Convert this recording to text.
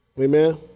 amen